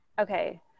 okay